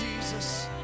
Jesus